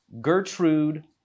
Gertrude